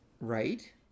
Right